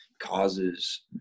causes